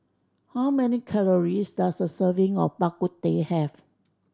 how many calories does a serving of Bak Kut Teh have